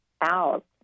out